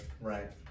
Right